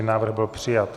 Návrh byl přijat.